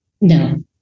No